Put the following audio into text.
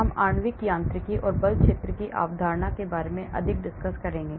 हम आणविक यांत्रिकी और बल क्षेत्र की अवधारणा पर अधिक बात करेंगे